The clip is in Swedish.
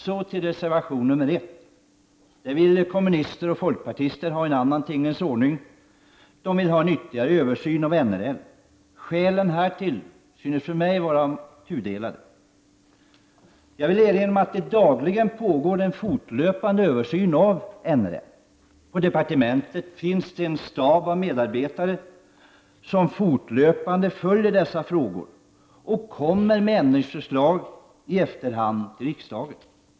Kommunister och folkpartister framför i reservation nr 1 att de vill ha en annan tingens ordning än nu och föreslår en ytterligare översyn av NRL. Skälen härtill synes mig vara kluvna. Jag vill erinra om att det dagligen pågår en fortlöpande översyn av NRL. På departementet finns en stab av medarbetare som fortlöpande följer dessa frågor och lägger fram förslag till riksdagen om ändringar i lagen.